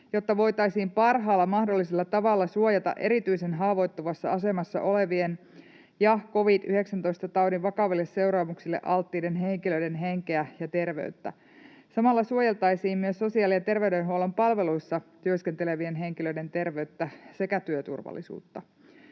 jotta voitaisiin parhaalla mahdollisella tavalla suojata erityisen haavoittuvassa asemassa olevien ja covid-19-taudin vakaville seuraamuksille alttiiden henkilöiden henkeä ja terveyttä. Samalla suojeltaisiin myös sosiaali- ja terveydenhuollon palveluissa työskentelevien henkilöiden terveyttä sekä työturvallisuutta.